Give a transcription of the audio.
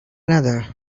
another